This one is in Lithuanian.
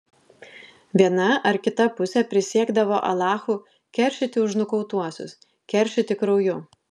viena ar kita pusė prisiekdavo alachu keršyti už nukautuosius keršyti krauju